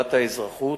לשאלת האזרחות,